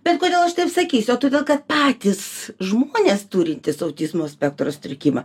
bet kodėl aš taip sakysiu o todėl kad patys žmonės turintys autizmo spektro sutrikimą